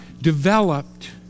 developed